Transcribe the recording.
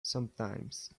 sometimes